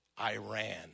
Iran